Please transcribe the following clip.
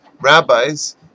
rabbis